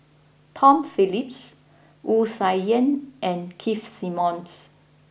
Tom Phillips Wu Tsai Yen and Keith Simmons